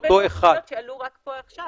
יש עוד הרבה נקודות שעלו רק פה עכשיו.